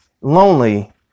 Lonely